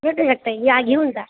भेटू शकतं आहे या घेऊन जा